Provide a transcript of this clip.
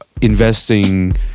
investing